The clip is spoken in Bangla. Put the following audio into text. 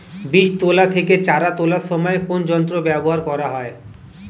বীজ তোলা থেকে চারা তোলার সময় কোন যন্ত্র ব্যবহার করা হয়?